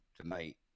tonight